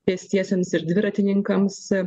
pėstiesiems ir dviratininkams